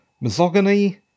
misogyny